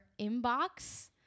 inbox